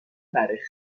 برای